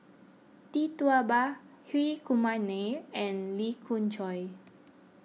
Tee Tua Ba Hri Kumar Nair and Lee Khoon Choy